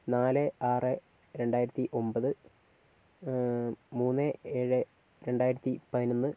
നാല് ആറ് രണ്ടായിരത്തി ഒമ്പത് മൂന്ന് ഏഴ് രണ്ടായിരത്തി പതിനൊന്ന്